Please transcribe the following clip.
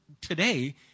today